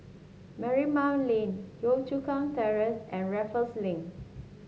Marymount Lane Yio Chu Kang Terrace and Raffles Link